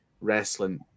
wrestling